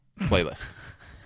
playlist